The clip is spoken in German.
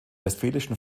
westfälischen